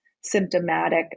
symptomatic